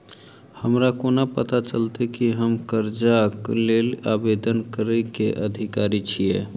हमरा कोना पता चलतै की हम करजाक लेल आवेदन करै केँ अधिकारी छियै?